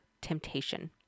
temptation